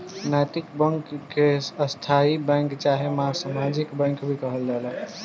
नैतिक बैंक के स्थायी बैंक चाहे सामाजिक बैंक भी कहल जाला